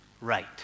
right